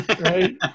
right